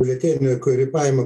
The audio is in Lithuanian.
biuletenį kurį paima